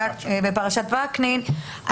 בפרשת ועקנין,